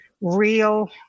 real